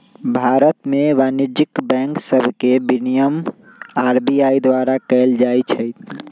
भारत में वाणिज्यिक बैंक सभके विनियमन आर.बी.आई द्वारा कएल जाइ छइ